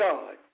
God